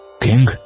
King